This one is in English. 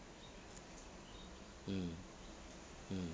mm mm